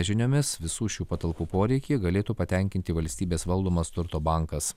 žiniomis visų šių patalpų poreikį galėtų patenkinti valstybės valdomas turto bankas